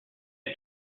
had